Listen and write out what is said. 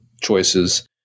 choices